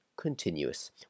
continuous